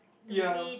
ya